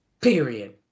Period